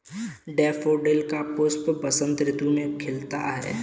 daffodil का पुष्प बसंत ऋतु में खिलता है